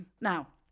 Now